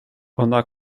ona